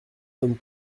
sommes